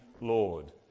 Lord